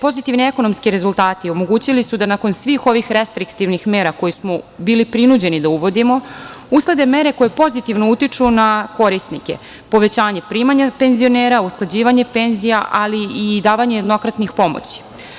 Pozitivni ekonomski rezultati omogućili su da nakon svih ovih restriktivnih mera koje smo bili prinuđeni da uvodimo uslede mere koje pozitivno utiču na korisnike, povećanje primanja penzionera, usklađivanje penzija, ali i davanje jednokratnih pomoći.